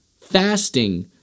fasting